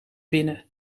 binnen